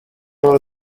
over